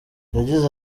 yagize